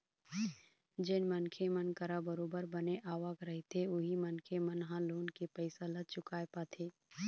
जेन मनखे मन करा बरोबर बने आवक रहिथे उही मनखे मन ह लोन के पइसा ल चुकाय पाथे